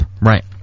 Right